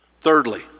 Thirdly